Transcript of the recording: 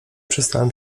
przestałem